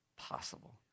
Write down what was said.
possible